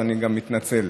אני מתנצל,